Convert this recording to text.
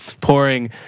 pouring